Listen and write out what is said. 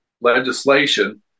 legislation